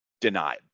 denied